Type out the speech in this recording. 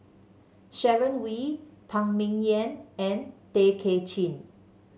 Sharon Wee Phan Ming Yen and Tay Kay Chin